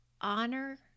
honor